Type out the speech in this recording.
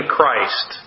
Christ